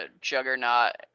juggernaut